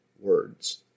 words